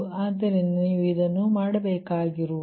ಆದ್ದರಿಂದ ನೀವು ಇದನ್ನು ಮಾಡಬೇಕಾಗಿರುವುದು